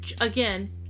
again